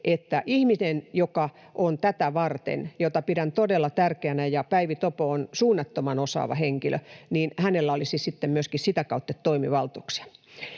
että ihmisellä, joka on tätä varten ja jota pidän todella tärkeänä — ja Päivi Topo on suunnattoman osaava henkilö — olisi sitten myöskin sitä kautta toimivaltuuksia.